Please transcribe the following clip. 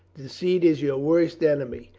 deceit is your worst enemy.